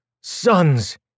sons